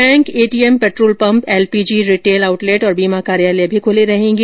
bank ATM petrol pump LPG retail outlet और बीमा कार्यालय खुले रहेंगे